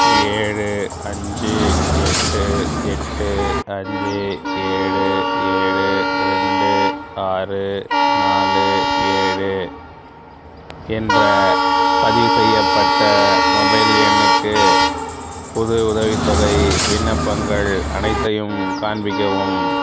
ஏழு அஞ்சு எட்டு எட்டு அஞ்சு ஏழு ஏழு ரெண்டு ஆறு நாலு ஏழு என்ற பதிவுசெய்யப்பட்ட மொபைல் எண்ணுக்கு புது உதவித்தொகை விண்ணப்பங்கள் அனைத்தையும் காண்பிக்கவும்